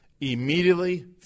immediately